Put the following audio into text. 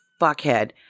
fuckhead